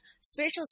spiritual